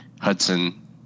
Hudson